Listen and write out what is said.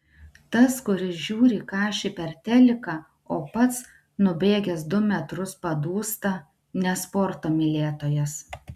tas kuris žiūri kašį per teliką o pats nubėgęs du metrus padūsta ne sporto mylėtojas